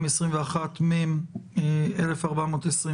התשפ"א-2021 (מ-1425).